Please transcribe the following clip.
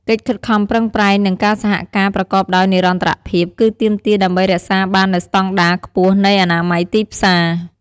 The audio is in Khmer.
កិច្ចខិតខំប្រឹងប្រែង និងការសហការប្រកបដោយនិរន្តរភាពគឺទាមទារដើម្បីរក្សាបាននូវស្តង់ដារខ្ពស់នៃអនាម័យទីផ្សារ។